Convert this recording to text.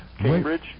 Cambridge